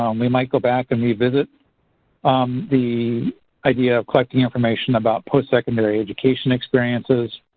um we might go back and revisit the idea of collecting information about post-secondary education experiences,